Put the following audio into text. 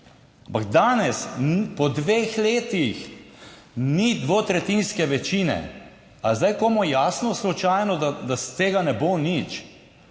ampak danes po dveh letih ni dvotretjinske večine. Ali je zdaj komu jasno slučajno, da tega ne bo nič?